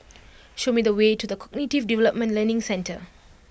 show me the way to The Cognitive Development Learning Centre